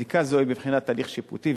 2. בדיקה זו היא בבחינת הליך שיפוטי,